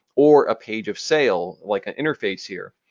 or a page of sail like an interface here.